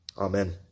Amen